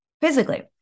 physically